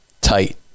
tight